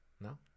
No